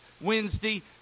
Wednesday